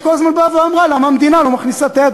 שכל הזמן באה ואמרה: למה המדינה לא מכניסה את היד